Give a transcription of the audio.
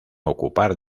ocupar